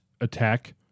attack